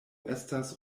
estas